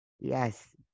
Yes